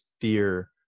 fear –